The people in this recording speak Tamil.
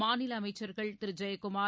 மாநிலஅமைச்சர்கள் திருஜெயக்குமார்